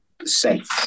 safe